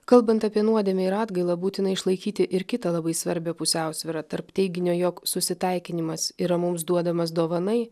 kalbant apie nuodėmę ir atgailą būtina išlaikyti ir kitą labai svarbią pusiausvyrą tarp teiginio jog susitaikinimas yra mums duodamas dovanai